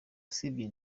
usibye